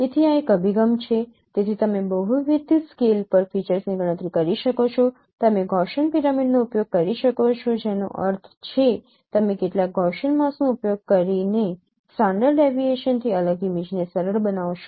તેથી આ એક અભિગમ છે તેથી તમે બહુવિધ સ્કેલ પર ફીચર્સની ગણતરી કરી શકો છો તમે ગૌસીયન પિરામિડનો ઉપયોગ કરી શકો છો જેનો અર્થ છે તમે કેટલાક ગૌસીયન માસ્કનો ઉપયોગ કરીને સ્ટાન્ડર્ડ ડેવિએશનથી અલગ ઇમેજને સરળ બનાવશો